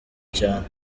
cyane